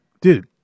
Dude